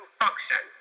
function